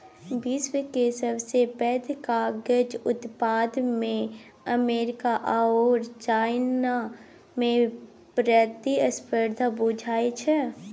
विश्व केर सबसे पैघ कागजक उत्पादकमे अमेरिका आओर चाइनामे प्रतिस्पर्धा बुझाइ छै